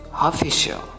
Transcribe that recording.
Official